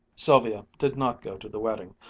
sylvia did not go to the wedding,